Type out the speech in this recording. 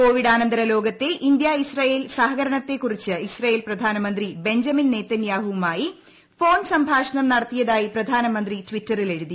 കോവിഡാനന്തര ലോകത്തെ India Israel സഹരകരണത്തെക്കുറിച്ച് ഇസ്രായേൽ പ്രധാനമന്ത്രി ബെഞ്ചമിൻ നെതന്യാഹുവുമായി ഫോൺ സംഭാഷണം നടത്തിയതായി പ്രധാനമന്ത്രി ടിറ്ററിൽ എഴുതി